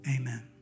amen